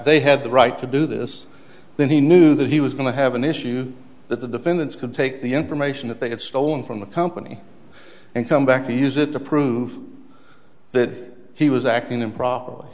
they have the right to do this then he knew that he was going to have an issue that the defendants could take the information that they had stolen from the company and come back to use it to prove that he was acting improperly